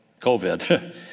COVID